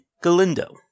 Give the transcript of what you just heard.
Galindo